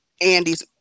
Andy's